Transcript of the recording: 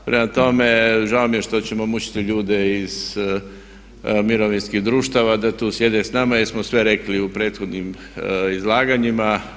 Prema tome, žao mi je što ćemo mučiti ljude iz mirovinskih društava da tu sjede sa nama jer smo sve rekli u prethodnim izlaganjima.